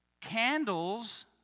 candles